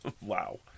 Wow